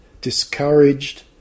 discouraged